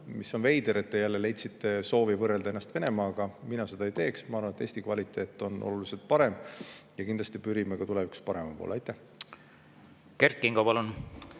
On veider, et te jälle leidsite soovi võrrelda [meid] Venemaaga, mina seda ei teeks. Ma arvan, et Eestis on kvaliteet oluliselt parem ja kindlasti me pürime ka tulevikus parema poole.